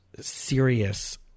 serious